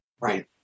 Right